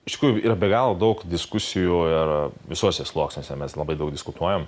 aišku yra be galo daug diskusijų ir visuose sluoksniuose mes labai daug diskutuojam